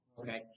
Okay